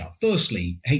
firstly